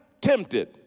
tempted